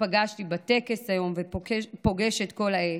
שפגשתי בטקס היום ופוגשת כל העת.